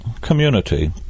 community